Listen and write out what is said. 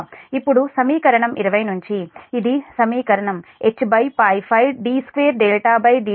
ఇప్పుడు సమీకరణం 20 నుంచి ఇది సమీకరణం Hπf d2dt2 Pi Pe